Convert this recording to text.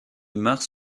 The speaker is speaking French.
mars